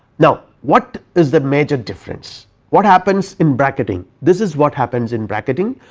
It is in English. now, what is their major difference what happens in bracketing this is what happens in bracketing,